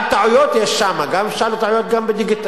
טעויות יש גם שם, אפשר שיהיו טעויות גם בדיגיטלי.